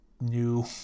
new